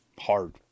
hard